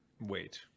Wait